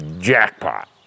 jackpot